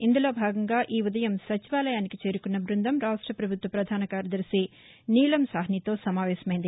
ఇందులో భాగంగా ఈ ఉదయం సచివాలయానికి చేరుకున్న బృందం రాష్ట్ర పభుత్వ ప్రధాన కార్యదర్శి నీలం సాహ్నితో సమావేశమైంది